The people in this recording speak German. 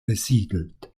besiedelt